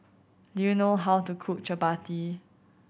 do you know how to cook Chapati